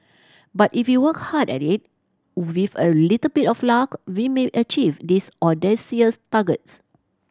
but if you work hard at it with a little bit of luck we may achieve these audacious targets